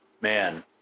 Man